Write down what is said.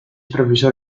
profesor